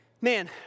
man